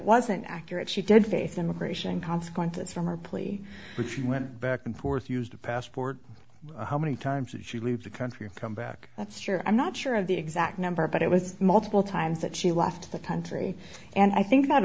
wasn't accurate she did face immigration consequences from her plea but she went back and forth used the passport how many times that she leave the country come back that's true i'm not sure of the exact number but it was multiple times that she left the country and i think